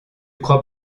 crois